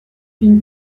une